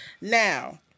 Now